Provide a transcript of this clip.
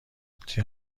تیر